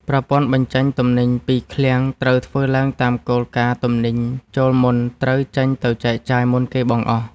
ប្រព័ន្ធបញ្ចេញទំនិញពីឃ្លាំងត្រូវធ្វើឡើងតាមគោលការណ៍ទំនិញចូលមុនត្រូវចេញទៅចែកចាយមុនគេបង្អស់។